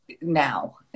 now